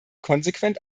konsequent